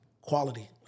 quality